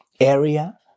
area